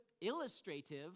illustrative